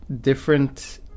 different